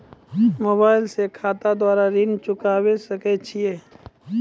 Mobile से खाता द्वारा ऋण चुकाबै सकय छियै?